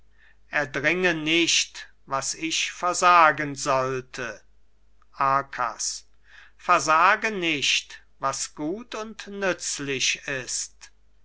iphigenie erdringe nicht was ich versagen sollte arkas versage nicht was gut und nützlich ist